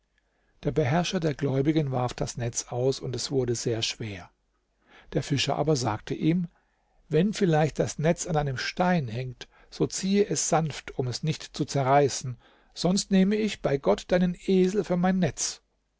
der beherrscher der gläubigen warf das netz aus und es wurde sehr schwer der fischer aber sagte ihm wenn vielleicht das netz an einem stein hängt so ziehe es sanft um es nicht zu zerreißen sonst nehme ich bei gott deinen esel für mein netz